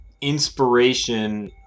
inspiration